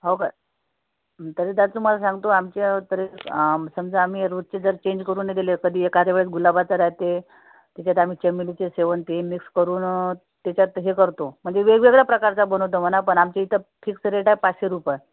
हो का तरी त्यात तुम्हाला सांगतो आमच्या तरी आम समजा आम्ही रोजची जर चेंज करून दिले कधी एखाद वेळेस गुलाबाचं राहते त्याच्यात आम्ही चमेलीचं शेवंती मिक्स करून त्याच्यात हे करतो म्हणजे वेगवेगळ्या प्रकारचं बनवतो म्हणा पण आमच्या इथे फिक्स रेट आहे पाचशे रुपये